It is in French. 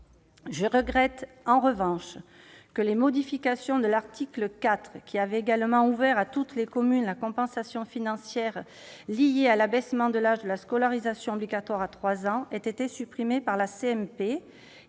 je regrette que les modifications de l'article 4, qui avaient ouvert à toutes les communes la compensation financière liée à l'abaissement de l'âge de la scolarisation obligatoire à 3 ans, aient été supprimées par la CMP :